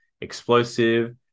explosive